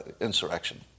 insurrection